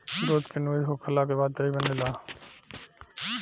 दूध किण्वित होखला के बाद दही बनेला